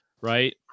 right